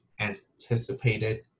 anticipated